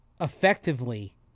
effectively